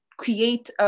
create